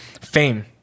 fame